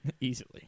easily